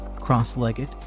cross-legged